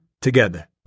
together